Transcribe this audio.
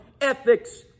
ethics